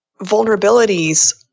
vulnerabilities